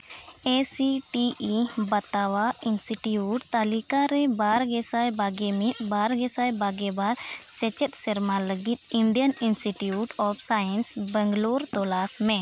ᱮᱹ ᱥᱤ ᱴᱤ ᱤ ᱵᱟᱛᱟᱣᱟᱜ ᱤᱱᱥᱴᱤᱴᱤᱭᱩᱴ ᱛᱟᱹᱞᱤᱠᱟ ᱨᱮ ᱵᱟ ᱜᱮ ᱥᱟᱭ ᱵᱟᱜᱮ ᱢᱤᱫ ᱵᱟᱨ ᱜᱮ ᱥᱟᱭ ᱵᱟᱜᱮ ᱵᱟᱨ ᱥᱮᱪᱮᱫ ᱥᱮᱨᱢᱟ ᱞᱟᱹᱜᱤᱫ Indian institute of science Bangalore ᱛᱚᱞᱟᱥ ᱢᱮ